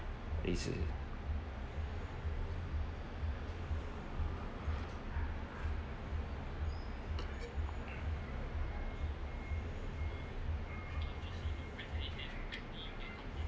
is it